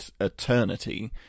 eternity